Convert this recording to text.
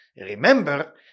Remember